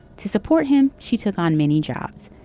to support him, she took on many jobs.